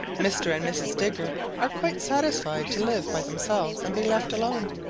mr. and mrs. digger are quite satisfied to live by themselves and be left alone.